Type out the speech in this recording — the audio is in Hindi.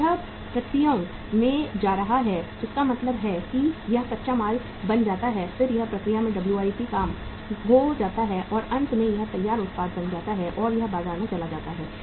फिर यह प्रक्रियाओं में जा रहा है इसका मतलब है कि यह कच्चा माल बन जाता है फिर यह प्रक्रिया में डब्ल्यूआईपी काम हो जाता है और अंत में यह तैयार उत्पाद बन जाता है और यह बाजार में चला जाता है